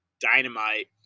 dynamite